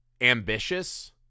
ambitious